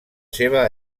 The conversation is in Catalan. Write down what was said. seva